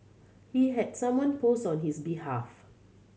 he had someone post on his behalf